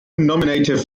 nominative